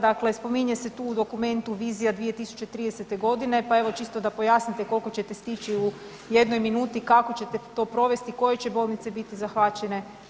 Dakle, spominje se tu u dokumentu vizija 2030. godine pa evo čisto da pojasnite koliko ćete stići u jednoj minuti, kako ćete to provesti, koje će bolnice biti zahvaćene.